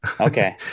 Okay